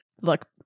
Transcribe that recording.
Look